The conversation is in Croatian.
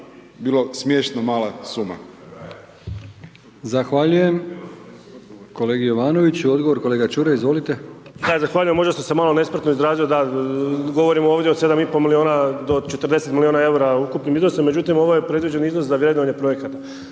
bilo smiješna mala suma.